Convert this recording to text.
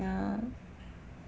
ya